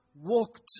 walked